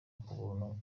kubuntu